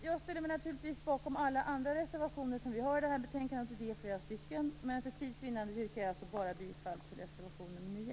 Jag ställer mig naturligtvis bakom alla andra reservationer vi har i betänkandet - det är flera stycken - men för tids vinnande yrkar jag bara bifall till reservation nr 9.